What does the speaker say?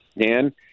Dan